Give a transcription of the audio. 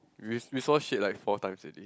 we we saw shit like four times already